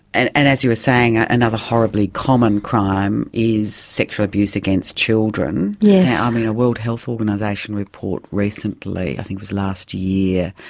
and and as you were saying, another horribly common crime is sexual abuse against children. yeah i mean, a world health organisation report recently, i think it was last year,